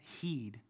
heed